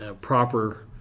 proper